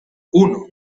uno